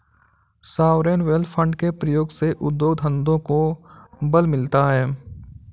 sovereign wealth fund के प्रयोग से उद्योग धंधों को बल मिलता है